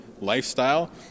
lifestyle